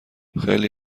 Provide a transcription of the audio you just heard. خیلی